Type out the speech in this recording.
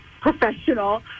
professional